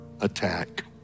attack